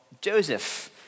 Joseph